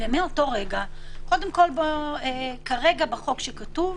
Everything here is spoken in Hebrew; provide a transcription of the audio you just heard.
קודם כול כרגע, בחוק כתוב,